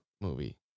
movie